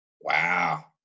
Wow